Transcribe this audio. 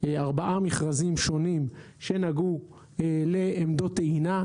ארבעה מכרזים שונים שנגעו לעמדות טעינה.